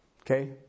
okay